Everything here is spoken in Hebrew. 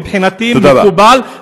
מבחינתי מקובל,